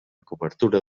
cobertura